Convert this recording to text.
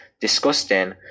disgusting